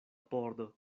pordo